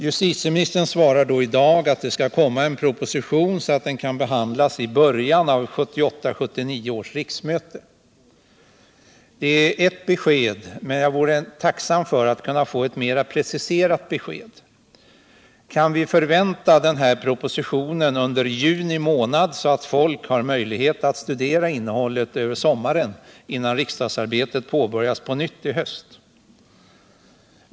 Justitieministern svarar i dag att propositionen kommer att lämnas i sådan tid att den kan behandlas i början av 1978/79 års riksmöte. Det är ett besked, men jag vore tacksam för ett mera preciserat besked. Kan vi förvänta att denna proposition kommer under juni månad, så att innehållet kan studeras över sommaren, innan riksdagsarbetet börjar på nytt i höst?